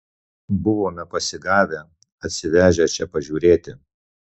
buvome pasigavę atsivežę čia pažiūrėti